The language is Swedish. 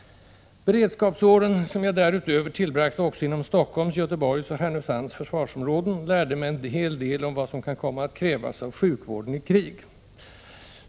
Beredskapsåren, som jag därutöver tillbragte också inom Stockholms, Göteborgs och Härnösands försvarsområden, lärde mig en hel del om vad som kan komma att krävas av sjukvården i krig.